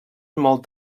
molt